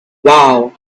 wow